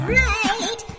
right